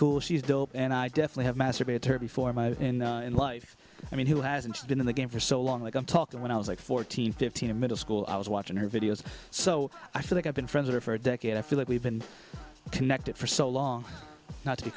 cool she's dope and i definitely have masturbator before my life i mean who hasn't been in the game for so long like i'm talking when i was like fourteen fifteen in middle school i was watching her videos so i feel like i've been friends or for a decade i feel like we've been connected for so long not to be